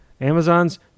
amazon's